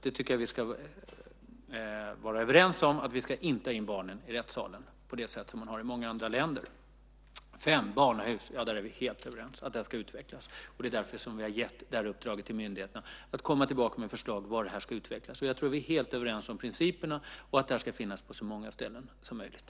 Jag tycker att vi ska vara överens om att vi inte ska ha in barnen i rättssalen på det sätt som man har i många andra länder. 5. Vi är helt överens om att barnahus är något som ska utvecklas. Det är därför som vi har gett uppdraget till myndigheterna att komma tillbaka med ett förslag om hur det här ska utvecklas. Jag tror att vi är helt överens om principerna och att barnahus ska finnas på så många ställen som möjligt.